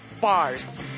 bars